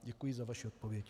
Děkuji za vaši odpověď.